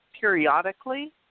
periodically